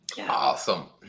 awesome